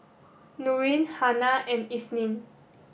Nurin Hana and Isnin